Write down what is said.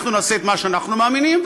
אנחנו נעשה את מה שאנחנו מאמינים,